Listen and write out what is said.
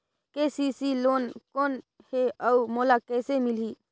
KCC loan कौन हे अउ मोला कइसे मिलही?